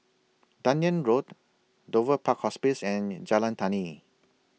Dunearn Road Dover Park Hospice and Jalan Tani